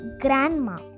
grandma